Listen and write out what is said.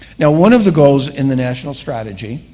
now, one of the goals in the national strategy